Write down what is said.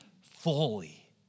fully